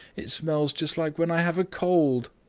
it smells just like when i have a cold!